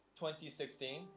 2016